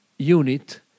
unit